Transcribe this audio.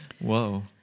Whoa